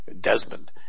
Desmond